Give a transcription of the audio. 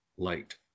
light